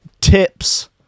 tips